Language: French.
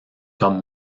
comme